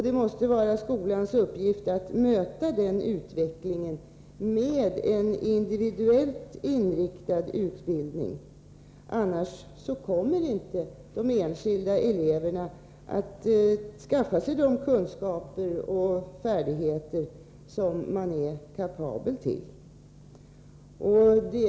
Det måste vara skolans uppgift att möta den utvecklingen med en individuellt inriktad undervisning. Annars kommer inte de enskilda eleverna att skaffa sig de kunskaper och färdigheter som de är kapabla att inhämta.